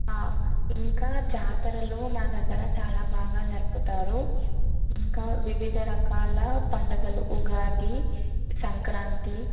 ఇంకా జాతరలు మా దగ్గర చాలా బాగా జరుపుతారు ఇంకా వివిధ రకాల పండుగలు ఉగాది సంక్రాంతి